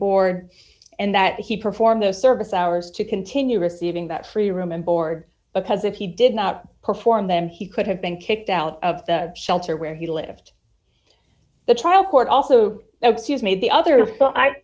board and that he performed those service hours to continue receiving that free room and board because if he did not perform them he could have been kicked out of the shelter where he lived the trial court also made the other